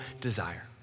desire